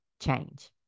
change